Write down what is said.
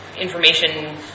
information